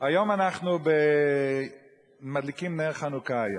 היום אנחנו מדליקים נר חנוכה.